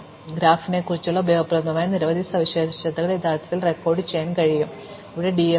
അതിനാൽ ഗ്രാഫിനെക്കുറിച്ചുള്ള ഉപയോഗപ്രദമായ നിരവധി സവിശേഷതകൾ യഥാർത്ഥത്തിൽ റെക്കോർഡുചെയ്യാൻ കഴിയും ഇത് ഡി